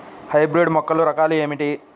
Hybrid మొక్కల రకాలు ఏమిటీ?